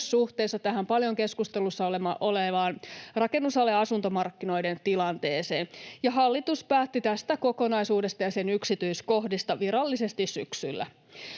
suhteessa tähän paljon keskustelussa olevaan rakennusalan ja asuntomarkkinoiden tilanteeseen, ja hallitus päätti tästä kokonaisuudesta ja sen yksityiskohdista virallisesti syksyllä.